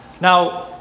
now